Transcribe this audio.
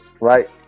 right